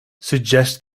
suggest